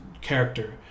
character